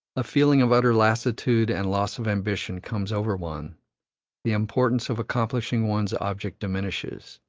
a feeling of utter lassitude and loss of ambition comes over one the importance of accomplishing one's object diminishes,